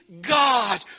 God